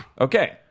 Okay